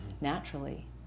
naturally